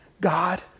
God